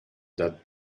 that